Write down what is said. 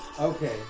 Okay